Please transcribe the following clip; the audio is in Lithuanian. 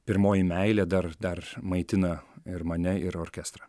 pirmoji meilė dar dar maitina ir mane ir orkestrą